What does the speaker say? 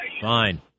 Fine